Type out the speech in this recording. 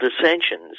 dissensions